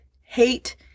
hate